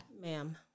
Ma'am